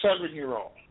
seven-year-old